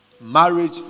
Marriage